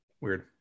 Weird